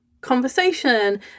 conversation